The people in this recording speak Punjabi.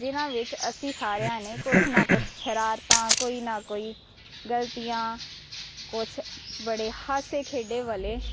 ਜਿਨ੍ਹਾਂ ਵਿੱਚ ਅਸੀਂ ਸਾਰਿਆਂ ਨੇ ਕੁਛ ਨਾ ਕੁਛ ਸ਼ਰਾਰਤਾਂ ਕੋਈ ਨਾ ਕੋਈ ਗਲਤੀਆਂ ਕੁਛ ਬੜੇ ਹਾਸੇ ਖੇਡੇ ਵਾਲੇ